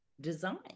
design